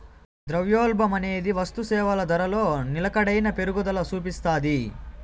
ద్రవ్యోల్బణమనేది వస్తుసేవల ధరలో నిలకడైన పెరుగుదల సూపిస్తాది